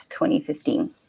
2015